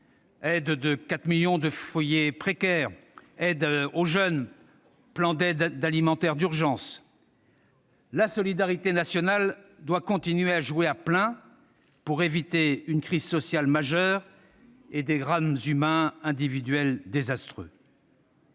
aide à 4 millions de foyers précaires, aide aux jeunes, plan d'aide alimentaire d'urgence. La solidarité nationale doit continuer à jouer à plein pour éviter une crise sociale majeure et des drames humains individuels désastreux.